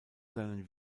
seinen